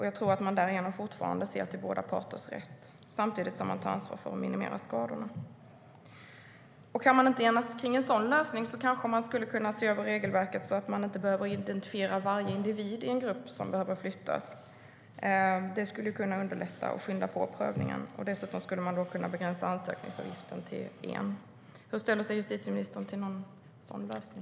Jag tror att man därigenom fortfarande ser till båda parters rätt, samtidigt som man tar ansvar för att minimera skador. Om man inte kan enas kring en sådan lösning kanske man kan se över regelverket så att man inte behöver identifiera varje individ i en grupp som behöver flyttas. Det kan underlätta och skynda på prövningen. Då skulle man dessutom kunna begränsa ansökningsavgiften till en. Hur ställer sig justitieministern till en sådan lösning?